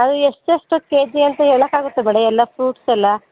ಅವು ಎಷ್ಟೆಷ್ಟು ಕೆಜಿ ಅಂತ ಹೇಳಕಾಗುತ್ತಾ ಮೇಡ ಎಲ್ಲ ಫ್ರೂಟ್ಸ್ ಎಲ್ಲ